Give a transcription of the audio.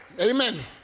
Amen